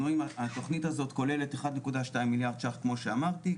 התכנית הזאת כוללת 1.2 מיליארד ₪ כמו שאמרתי,